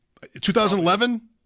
2011